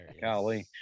Golly